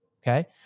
okay